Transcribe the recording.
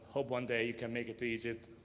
hope one day you can make it to egypt.